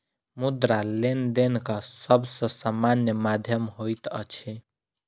मुद्रा, लेनदेनक सब सॅ सामान्य माध्यम होइत अछि